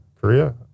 korea